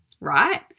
right